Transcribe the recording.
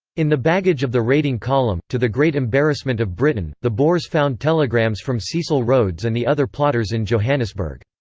in the baggage of the raiding column, to the great embarrassment of britain, the boers found telegrams from cecil rhodes and the other plotters in johannesburg.